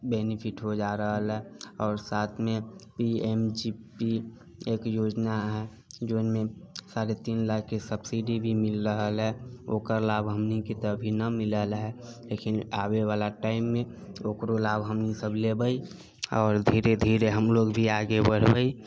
benefit हो जा रहल है आओर साथ मे एक पी एम योजना है जोन मे साढ़े तीन लाख के सब्सिडी भी मिल रहल है ओकर लाभ हमनी के तऽ अभी ना मिलल है लेकिन आबे बला टाइम मे ओकरो लाभ हमनी सब लेबय आओर धीरे धीरे हमलोग भी आगे बढ़बै